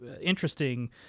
interesting